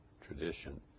tradition